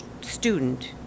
student